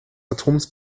atoms